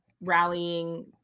rallying